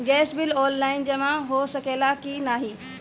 Gas bill online जमा हो सकेला का नाहीं?